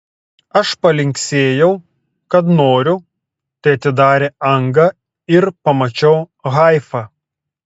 aš palinksėjau kad noriu tai atidarė angą ir pamačiau haifą